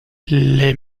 les